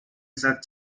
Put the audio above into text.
exact